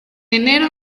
enero